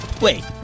Wait